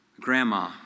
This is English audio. Grandma